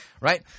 right